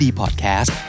podcast